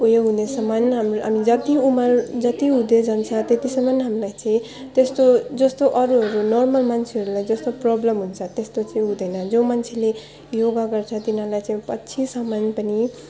उयो हुनेसम्म हाम्रो जति उमर जति हुँदै जान्छ त्यतिसम्म हामलाई चाहिँ त्यस्तो जस्तो अरूहरू नर्मल मान्छेहरूलाई जस्तो प्रब्लम हुन्छ त्यस्तो चाहिँ हुँदैन जो मान्छेले योगा गर्छ तिनीहरूलाई चाहिँ पछिसम्म पनि